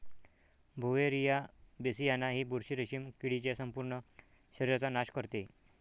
Beauveria bassiana ही बुरशी रेशीम किडीच्या संपूर्ण शरीराचा नाश करते